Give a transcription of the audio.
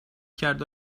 کرد